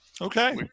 okay